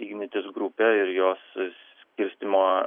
ignitis grupė ir jos skirstymo